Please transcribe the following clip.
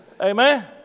Amen